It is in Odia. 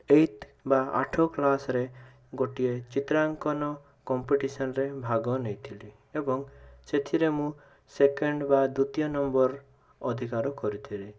ଏଇଟ୍ ବା ଆଠ କ୍ଲାସ୍ରେ ଗୋଟିଏ ଚିତ୍ରାଙ୍କନ କମ୍ପିଟିସନ୍ରେ ଭାଗ ନେଇଥିଲି ଏବଂ ସେଥିରେ ମୁଁ ସେକେଣ୍ଡ ବା ଦ୍ଵିତୀୟ ନମ୍ୱର ଅଧିକାର କରିଥିଲି